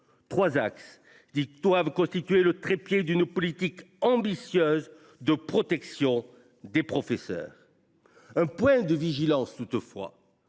trois axes ayant vocation à constituer le trépied d’une politique ambitieuse de protection des professeurs. Un point de vigilance, toutefois